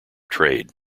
trade